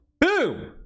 Boom